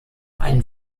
ein